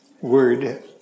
word